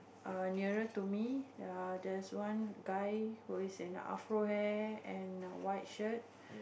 uh nearer to me ya there's one guy who is in a Afro hair and a white shirt